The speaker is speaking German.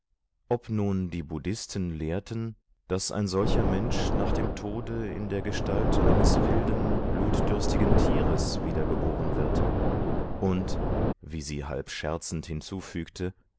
ob nun die buddhisten lehrten daß ein solcher mensch nach dem tode in der gestalt eines wilden blutdürstigen tieres wiedergeboren wird und wie sie halb scherzend hinzufügte